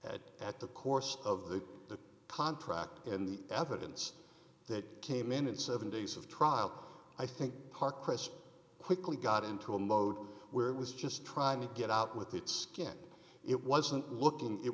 that at the course of the contract and the evidence that came in and seven days of trial i think park press quickly got into a mode where it was just trying to get out with it skin it wasn't looking it